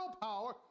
power